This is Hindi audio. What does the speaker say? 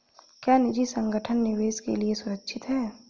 क्या निजी संगठन निवेश के लिए सुरक्षित हैं?